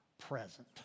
present